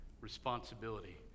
responsibility